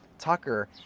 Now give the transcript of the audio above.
Tucker